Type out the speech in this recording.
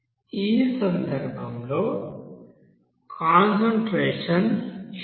ఈ సందర్భంలో concentration n2